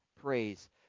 praise